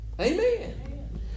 Amen